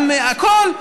גם הכול,